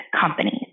companies